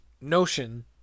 notion